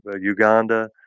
uganda